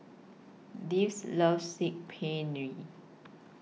Devens loves Saag Paneer